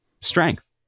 strength